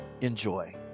Enjoy